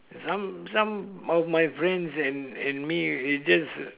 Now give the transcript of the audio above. some some of my friends and and me we just